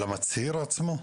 על המצהיר עצמו?